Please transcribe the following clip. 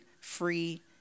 free